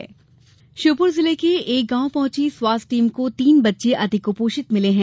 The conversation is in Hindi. कुपोषण श्योपुर जिले के एक गांव पहुंची स्वास्थ्य टीम को तीन बच्चें अतिकुपोषित मिले हैं